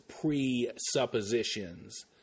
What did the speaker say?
presuppositions